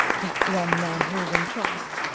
that, one man holding troth,